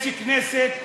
יש כנסת,